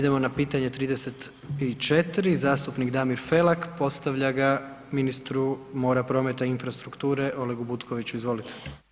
Idemo na pitanje 34, zastupnik Damir Felak postavlja ga ministru mora, prometa i infrastrukture Olegu Butkoviću, izvolite.